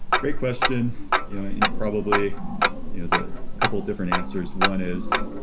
great question you know and probably you know the couple of different answers, one is,